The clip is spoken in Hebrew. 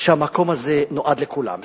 שהמקום הזה נועד לכולם,